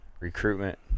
recruitment